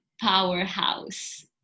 powerhouse